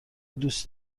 دوست